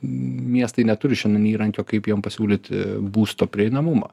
miestai neturi šiandien įrankio kaip jiem pasiūlyti būsto prieinamumą